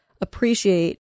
appreciate